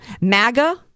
MAGA